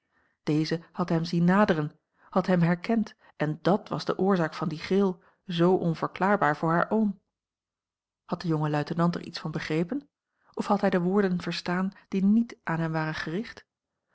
deze had hem zien naderen had hem herkend en dàt was de oorzaak van die gril zoo onverklaarbaar voor haar oom had de jonge luitenant er iets van begrepen of had hij de woorden verstaan die niet aan hem waren gericht